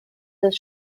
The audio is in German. des